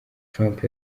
trump